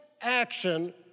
action